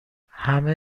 همه